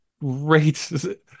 great